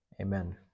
amen